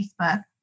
Facebook